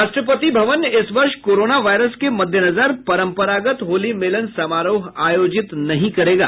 राष्ट्रपति भवन इस वर्ष कोरोना वायरस के मद्देनजर परम्परागत होली मिलन समारोह आयोजित नहीं करेगा